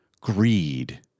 greed